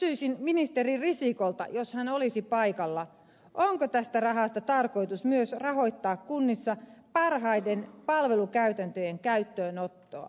kysyisin ministeri risikolta jos hän olisi paikalla onko tästä rahasta tarkoitus myös rahoittaa kunnissa parhaiden palvelukäytäntöjen käyttöönottoa